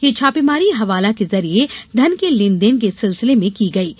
ये छापेमारी हवाला के जरिए धन के लेन देन के सिलसिले में की गई है